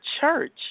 church